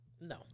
No